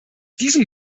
diesem